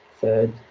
third